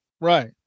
Right